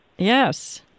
Yes